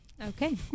Okay